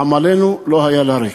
עמלנו לא היה לריק.